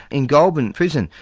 in goulburn prison,